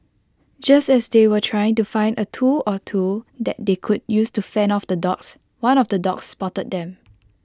just as they were trying to find A tool or two that they could use to fend off the dogs one of the dogs spotted them